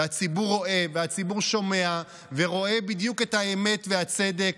והציבור רואה והציבור שומע בדיוק את האמת והצדק,